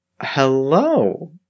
hello